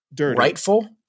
rightful